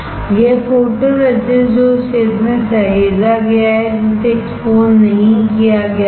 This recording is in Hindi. यह फोटोरेसिस्ट है जो उस क्षेत्र में सहेजा गया है जिसे एक्सपोज़ नहीं किया गया था